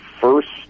first